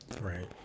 Right